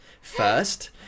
first